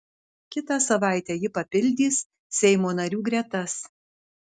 kitą savaitę ji papildys seimo narių gretas